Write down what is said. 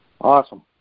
Awesome